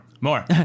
more